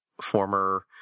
Former